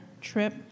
trip